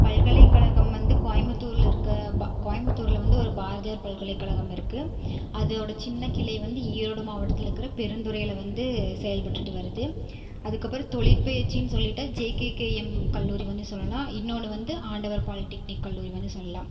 பல்கலைகழகம் வந்து கோயம்புத்தூரில் இருக்கற ப கோயம்புத்தூரில் வந்து ஒரு பாரதியார் பல்கலைகழகம் இருக்குது அதோடய சின்ன கிளை வந்து ஈரோடு மாவட்டத்தில் இருக்கிற பெருந்துறையில் வந்து செயல்பட்டுகிட்டு வருது அதுக்கு அப்புறம் தொழிற்பயிற்சின்னு சொல்லிட்டால் ஜெகேகேஎம் கல்லூரி வந்து சொல்லலாம் இன்னொன்று வந்து ஆண்டவர் பாலிடெக்னிக் கல்லூரி வந்து சொல்லலாம்